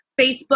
Facebook